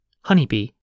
Honeybee